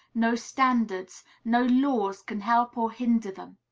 no standards, no laws can help or hinder them.